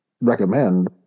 recommend